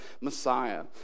Messiah